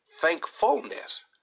thankfulness